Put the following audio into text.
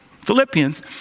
philippians